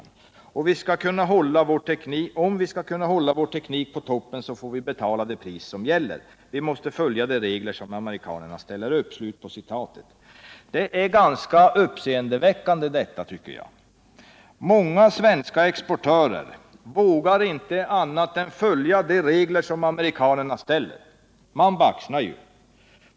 Om vi skall kunna hålla vår teknik på toppen, så får vi betala det pris som gäller. Vi måste följa de regler som amerikanerna ställer upp.” Detta är ganska uppseendeväckande. Många svenska exportörer vågar inte annat än följa de regler som amerikanerna ställer upp. Man baxnar.